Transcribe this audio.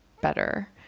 better